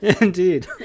indeed